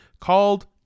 called